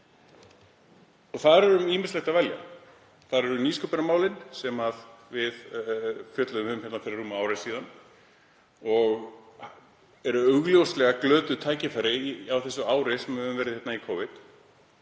þar er um ýmislegt að velja. Þar eru nýsköpunarmálin sem við fjölluðum um hér fyrir rúmu ári síðan og eru augljóslega glötuð tækifæri á þessu ári sem við höfum verið í Covid.